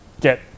get